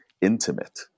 intimate